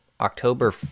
October